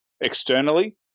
externally